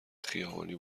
خیابانی